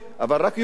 אבל רק יהודים.